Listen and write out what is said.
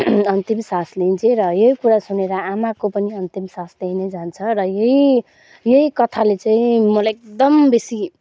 अन्तिम सास लिन्छे र यो कुरा सुनेर आमाको पनि अन्तिम सास त्यहीँ नै जान्छ र यही यही कथाले चाहिँ मलाई एकदम बेसी